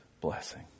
blessing